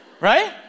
right